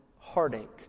heartache